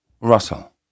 Russell